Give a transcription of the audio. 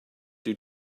due